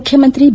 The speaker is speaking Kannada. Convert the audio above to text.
ಮುಖ್ಯಮಂತ್ರಿ ಬಿ